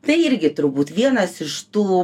tai irgi turbūt vienas iš tų